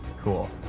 Cool